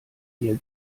ihr